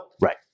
Right